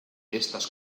estas